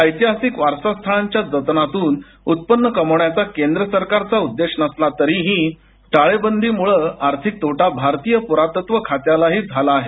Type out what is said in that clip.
ऐतिहासिक वारसास्थळांच्या जतनातून उत्पन्न कमावण्याचा केंद्र सरकारचा उद्देश नसला तरीही टाळेबंदीमुळं आर्थिक तोटा भारतीय पुरातत्व विभागालाही झाला आहे